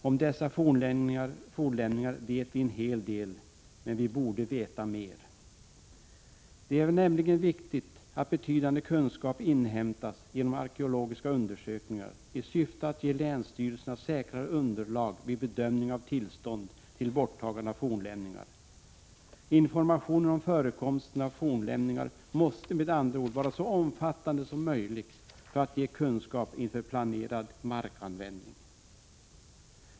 Om dessa fornlämningar vet vi en hel del, men vi borde veta mer. Det är nämligen viktigt att betydande kunskap inhämtas genom arkeologiska undersökningar i syfte att ge länsstyrelserna säkrare underlag vid bedömning av tillstånd till borttagande av fornlämningar. Informationen om förekomsten av fornlämningar måste med andra ord vara så omfattande som möjligt för att ge kunskap inför planerad markanvändning.